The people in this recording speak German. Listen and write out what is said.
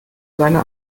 seine